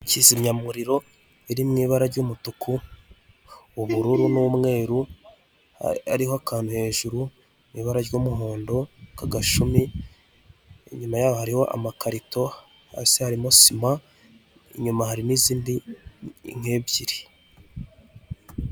Kizimyamuriro iri mu ibara ry'umutuku, ubururu, n'umweru hariho akantu hejuru mu ibara ry'umuhondo kagashumi, inyuma yaho hariho amakarito, hasi harimo sima, inyuma harimo izindi nk'ebyiri.